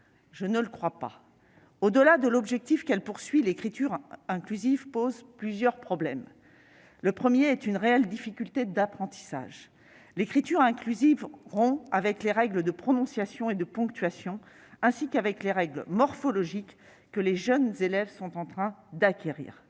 Je ne le crois pas. Au-delà de l'objectif qu'elle poursuit, l'écriture inclusive pose plusieurs problèmes. Le premier est une réelle difficulté d'apprentissage : l'écriture inclusive rompt avec les règles de prononciation et de ponctuation, ainsi qu'avec les règles morphologiques que les jeunes élèves sont en train d'acquérir.